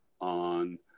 on